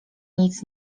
nic